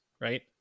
right